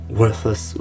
worthless